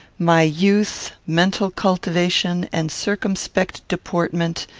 my youth, mental cultivation, and circumspect deportment,